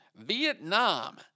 Vietnam